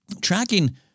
Tracking